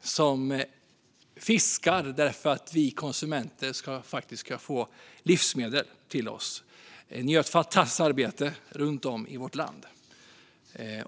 som fiskar så att vi konsumenter ska få livsmedel. De gör ett fantastiskt arbete runt om i vårt land.